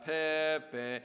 Pepe